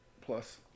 plus